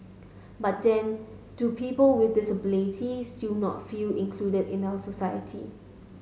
but then do people with disabilities still not feel included in our society